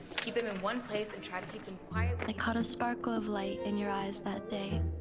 keep them in one place and try to keep them quiet i caught a sparkle of light in your eyes that day.